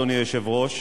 אדוני היושב-ראש.